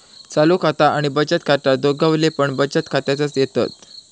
चालू खाता आणि बचत खाता दोघवले पण बचत खात्यातच येतत